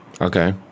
Okay